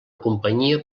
companyia